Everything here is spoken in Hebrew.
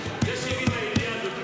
אל תעשו את מה שידיעות אחרונות,